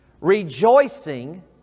Rejoicing